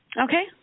Okay